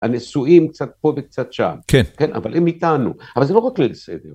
הנשואים, קצת פה וקצת שם -כן -כן, אבל הם איתנו. אבל זה לא רק ליל הסדר.